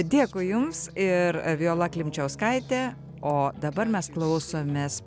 dėkui jums ir viola klimčiauskaitė o dabar mes klausomės